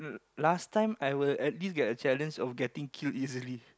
last time I will I did get a challenge of getting killed easily